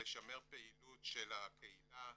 לשמר פעילות של הקהילה,